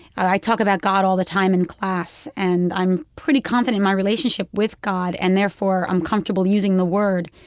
i talk about god all the time in class, and i'm pretty confident in my relationship with god. and therefore, i'm comfortable using the word.